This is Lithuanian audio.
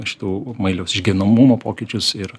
šitų mailiaus išgyvenamumo pokyčius ir